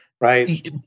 Right